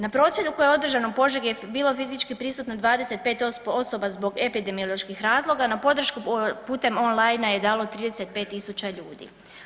Na prosvjedu koji je održan u Požegi je bilo fizički prisutno 25 osoba zbog epidemioloških razloga, no podršku putem online-a je dalo 35.000 ljudi.